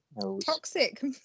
toxic